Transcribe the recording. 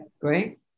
Great